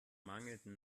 mangelnden